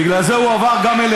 בגלל זה הוא גם עבר אליכם.